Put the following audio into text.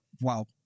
Wow